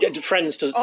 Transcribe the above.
Friends